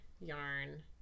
yarn